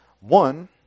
One